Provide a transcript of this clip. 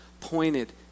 pointed